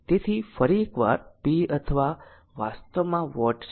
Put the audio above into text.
તેથી ફરી એકવાર p અથવા વાસ્તવમાં વોટમાં છે